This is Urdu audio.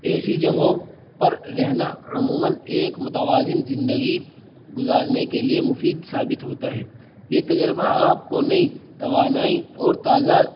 ایسی جگہوں پر رہنا عموماً ایک متوازن زندگی گزارنے کے لیے مفید ثابت ہوتا ہے یہ تجربہ آپ کو نئی توانائی اور تازہ